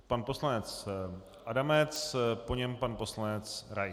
Pan poslanec Adamec, po něm pan poslanec Rais.